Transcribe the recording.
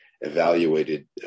evaluated